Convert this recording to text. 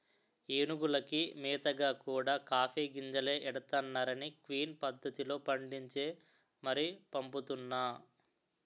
ఏనుగులకి మేతగా కూడా కాఫీ గింజలే ఎడతన్నారనీ క్విన్ పద్దతిలో పండించి మరీ పంపుతున్నా